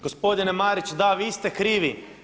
Gospodine Marić, da vi ste krivi.